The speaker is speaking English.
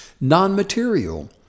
non-material